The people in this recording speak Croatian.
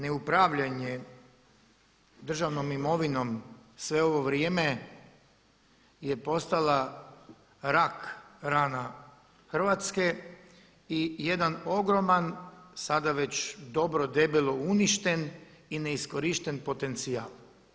Ne upravljanje državnom imovinom sve ovo vrijeme je postala rak rana Hrvatske i jedan ogroman sada već dobro debelo uništen i neiskorišten potencijal.